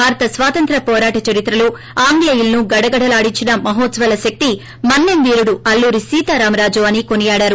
భారత స్వాతంత్య పోరాట చరిత్రలో ఆంగ్లేయులను గొడగడలాడించిన మహోజ్వల శక్తిమన్నెం వీరుడు అల్లూరి సీతారామరాజు అని కొనియాడారు